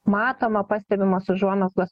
matoma pastebimos užuomazgos